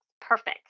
perfect